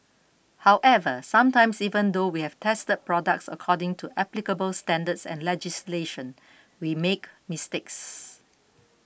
however sometimes even though we have tested products according to applicable standards and legislation we make mistakes